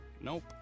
Nope